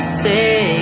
say